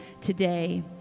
today